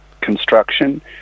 construction